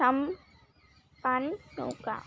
সাম্পান নৌকা